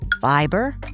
Fiber